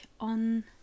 on